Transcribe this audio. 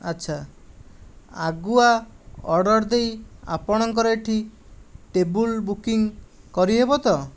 ଆଚ୍ଛା ଆଗୁଆ ଅର୍ଡ଼ର ଦେଇ ଆପଣଙ୍କର ଏଠି ଟେବୁଲ ବୁକିଙ୍ଗ କରିହେବ ତ